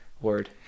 word